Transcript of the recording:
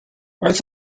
faint